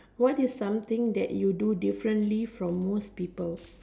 what is something that you do differently from most people